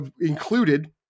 Included